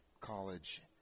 college